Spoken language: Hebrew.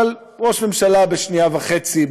אבל ראש ממשלה בשנייה וחצי,